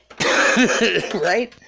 right